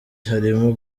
harimo